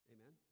Amen